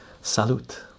Salute